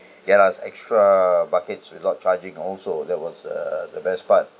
get us extra buckets without charging also that was uh the best part